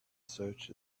search